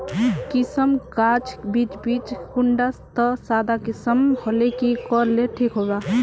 किसम गाज बीज बीज कुंडा त सादा किसम होले की कोर ले ठीक होबा?